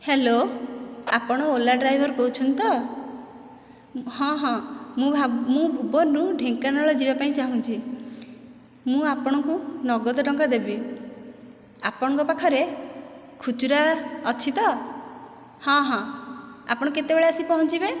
hello ଆପଣ Ola driver କହୁଛନ୍ତି ତ ହଁ ହଁ ମୁଁ ଭା ମୁଁ ଭୁବନରୁ ଢେଙ୍କାନାଳ ଯିବା ପାଇଁ ଚାହୁଁଛି ମୁଁ ଆପଣଙ୍କୁ ନଗଦ ଟଙ୍କା ଦେବି ଆପଣଙ୍କ ପାଖରେ ଖୁଚୁରା ଅଛି ତ ହଁ ହଁ ଆପଣ କେତବେଳେ ଆସି ପହଞ୍ଚିବେ